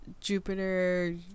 jupiter